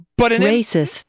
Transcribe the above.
Racist